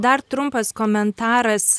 dar trumpas komentaras